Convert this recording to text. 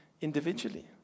individually